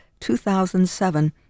2007